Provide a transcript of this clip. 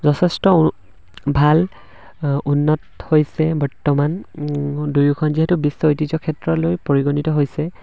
যথেষ্ট ভাল উন্নত হৈছে বৰ্তমান দুয়োখন যিহেতু বিশ্ব ঐতিহ্য় ক্ষেত্ৰলৈ পৰিগণিত হৈছে